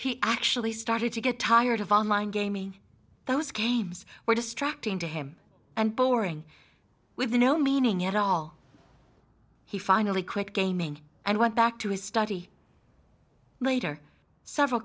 he actually started to get tired of online gaming those games were distracting to him and boring with no meaning at all he finally quit gaming and went back to his study later several